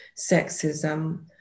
sexism